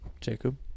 Jacob